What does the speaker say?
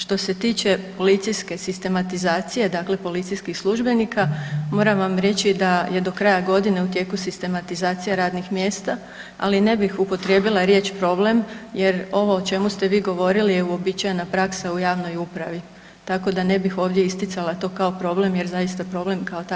Što se tiče policijske sistematizacije, dakle policijskih službenika, moram vam reći da je do kraja godine sistematizacija radnih mjesta, ali ne bih upotrijebila riječ problem, jer, ovo o čemu ste vi govorili je uobičajena praksa u javnoj upravi tako da ne bih ovdje isticala to kao problem jer zaista problem kao takav ne postoji.